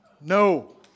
No